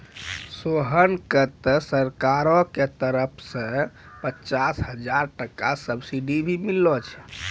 सोहन कॅ त सरकार के तरफो सॅ पचास हजार टका सब्सिडी भी मिललो छै